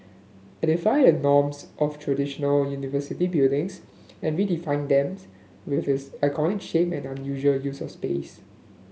it defy the norms of traditional university buildings and redefine them with its iconic shape and unusual use of space